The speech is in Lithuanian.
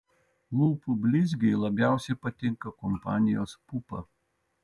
lūpų blizgiai labiausiai patinka kompanijos pupa